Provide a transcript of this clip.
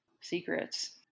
secrets